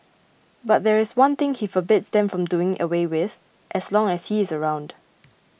but there is one thing he forbids them from doing away with as long as he is around